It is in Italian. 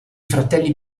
fratelli